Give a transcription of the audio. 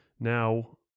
now